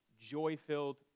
joy-filled